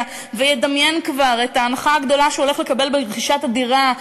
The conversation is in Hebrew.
וידמיין כבר את ההנחה הגדולה שהוא הולך לקבל ברכישת הדירה,